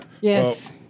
Yes